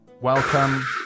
Welcome